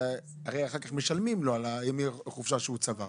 אחר-כך משלמים לו על ימי החופשה שהוא צבר.